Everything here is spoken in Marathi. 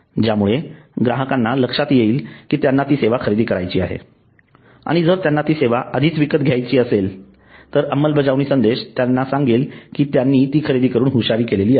ज्यामुळे ग्राहकांना लक्षात येईल की त्यांना ती सेवा खरेदी करायची आहे आणि जर त्यांनी ती सेवा आधीच विकत घेतली असेल तर अंमलबजावणी संदेश त्याला सांगेल की त्यांनी ती खरेदी करून हुशारी केली आहे